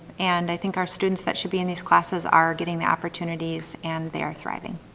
and i think our students that should be in these classes are getting the opportunities and they are thriving.